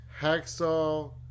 Hacksaw